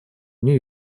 нью